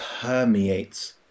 permeates